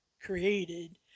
created